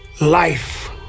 Life